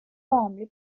formerly